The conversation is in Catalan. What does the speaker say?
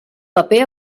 paper